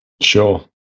Sure